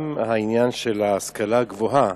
גם עניין ההשכלה הגבוהה,